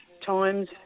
times